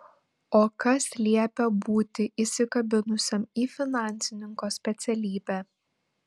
o kas liepia būti įsikabinusiam į finansininko specialybę